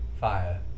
fire